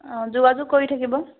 অঁ যোগাযোগ কৰি থাকিব